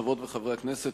חברות וחברי הכנסת,